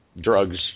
drugs